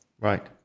Right